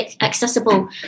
accessible